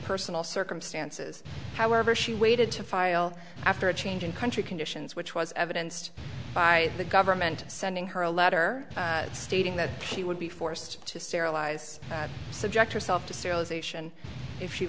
personal circumstances however she waited to file after a change in country conditions which was evidenced by the government sending her a letter stating that she would be forced to sterilize that subject herself to serialization if she